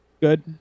Good